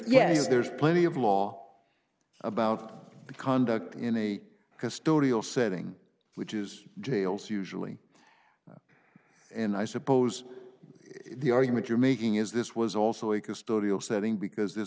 yes there's plenty of law about the conduct in a custodial setting which is jails usually and i suppose the argument you're making is this was also a custodial setting because this